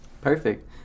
Perfect